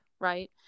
Right